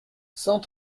cent